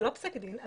זה לא פסק דין,